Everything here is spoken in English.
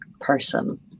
person